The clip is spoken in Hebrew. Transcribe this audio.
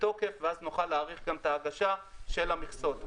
בתוקף ואז נוכל להאריך גם את ההגשה של המכסות.